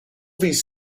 these